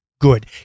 Good